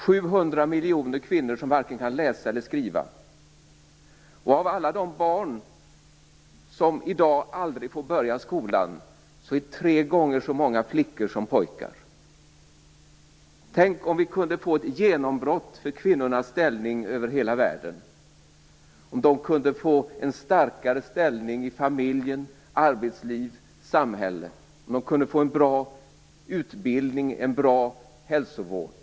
700 miljoner kvinnor kan varken läsa eller skriva. Av alla de barn som i dag aldrig får börja skolan är tre gånger så många flickor som pojkar. Tänk om vi kunde få ett genombrott för kvinnornas ställning över hela världen. Tänk om de kunde få en starkare ställning i familjen, arbetslivet och samhället. Tänk om de kunde få en bra utbildning och en bra hälsovård.